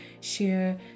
share